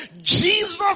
Jesus